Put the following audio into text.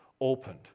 opened